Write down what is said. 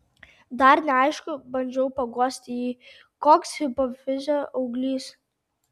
dar neaišku bandžiau paguosti jį koks hipofizio auglys